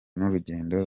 n’urugendo